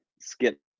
skip